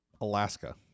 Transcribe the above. Alaska